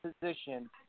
position